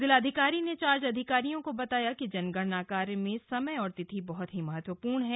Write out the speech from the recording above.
जिलाधिकारी ने चार्ज अधिकारियों को बताया कि जनगणना कार्य में समय और तिथि बहुत ही महत्वपूर्ण है